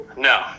No